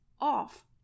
off